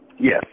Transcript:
Yes